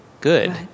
good